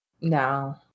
No